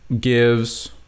gives